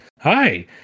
Hi